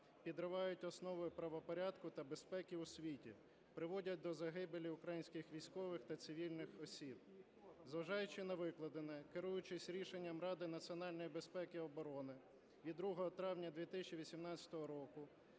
підривають основи правопорядку та безпеки у світі, приводять до загибелі українських військових та цивільних осіб. Зважаючи на викладене, керуючись рішенням Ради національної безпеки і оборони від 2 травня 2018 року